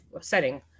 setting